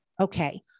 Okay